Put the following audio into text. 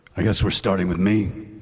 i guess we're starting with me.